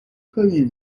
کاریه